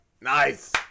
Nice